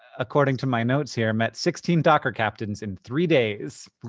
according to my notes here, met sixteen docker captains in three days.